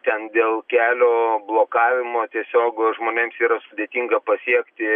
ten dėl kelio blokavimo tiesiog žmonėms yra sudėtinga pasiekti